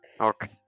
Okay